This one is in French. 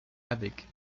avec